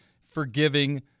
forgiving